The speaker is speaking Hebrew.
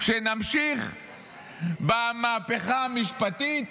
שנמשיך במהפכה המשפטית?